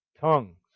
tongues